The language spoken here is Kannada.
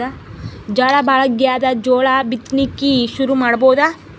ಝಳಾ ಭಾಳಾಗ್ಯಾದ, ಜೋಳ ಬಿತ್ತಣಿಕಿ ಶುರು ಮಾಡಬೋದ?